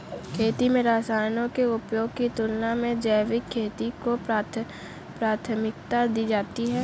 खेती में रसायनों के उपयोग की तुलना में जैविक खेती को प्राथमिकता दी जाती है